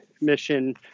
mission